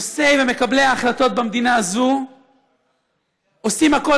שנושאי ומקבלי ההחלטות במדינה הזאת עושים הכול